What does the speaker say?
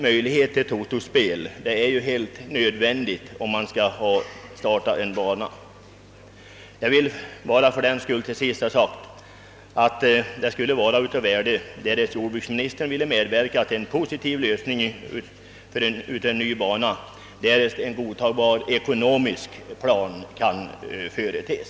Möjlighet till totospel är emellertid en nödvändig förutsättning för att kunna driva en travbana. Jag vill till sist bara säga att det skulle vara av värde, om jordbruksministern ville medverka till en positiv lösning av frågan om en ny travbana, därest en godtagbar ekonomisk plan kan företes.